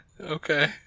Okay